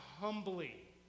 humbly